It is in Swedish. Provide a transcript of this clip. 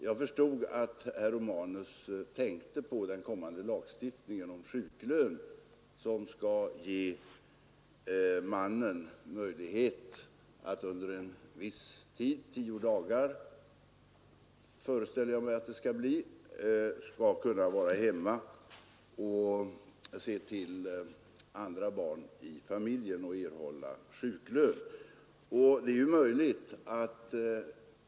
Jag förstod att herr Romanus tänkte på den kommande lagstiftningen om sjuklön, som skall ge mannen möjlighet att under en viss tid — jag föreställer mig att det kommer att bli tio dagar — vara hemma och se till övriga barn i familjen och under den tiden erhålla sjuklön.